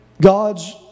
God's